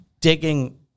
digging